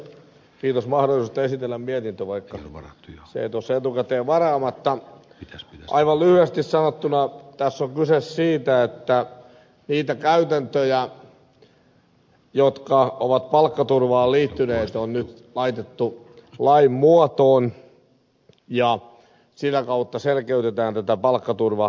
kiitos maalausta esitellä miellytä vaikka vanha seitoset ovet ja varaamatta jos aivan lyhyesti sanottuna tässä on kyse siitä että niitä käytäntöjä jotka ovat palkkaturvaan liittyneet on nyt laitettu lain muotoon ja sitä kautta selkeytetään tätä palkkaturvalainsäädäntöä